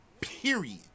period